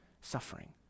suffering